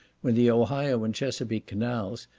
when the ohio and chesapeake canals,